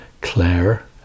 claire